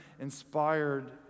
inspired